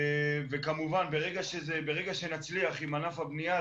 כמובן ברגע שנצליח עם ענף הבנייה,